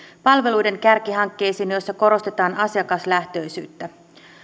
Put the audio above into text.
palveluiden kärkihankkeisiin joissa korostetaan asiakaslähtöisyyttä